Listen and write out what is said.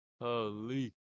Holy